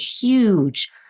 huge